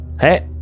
Hey